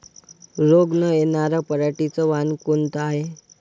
रोग न येनार पराटीचं वान कोनतं हाये?